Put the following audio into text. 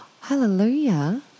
Hallelujah